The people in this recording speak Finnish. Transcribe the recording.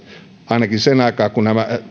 ainakin sen aikaa kun nämä